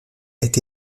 est